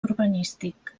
urbanístic